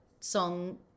song